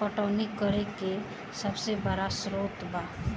पटवनी करे के सबसे बड़ा स्रोत बा